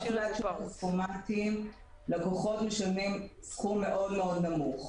ברוב המוחלט של הכספומטים הלקוחות משלמים סכום מאוד נמוך.